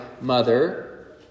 mother